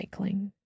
recycling